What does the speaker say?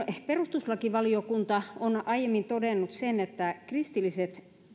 perustuslakivaliokunta on aiemmin todennut sen että kristilliset